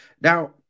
now